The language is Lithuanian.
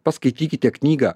paskaitykite knygą